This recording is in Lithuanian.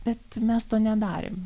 bet mes to nedarėm